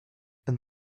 and